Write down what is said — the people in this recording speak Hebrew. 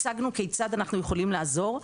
הצגנו כיצד אחנו יכולים לעזור,